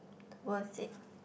worth it